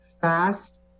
fast